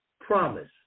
promise